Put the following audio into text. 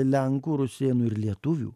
lenkų rusėnų ir lietuvių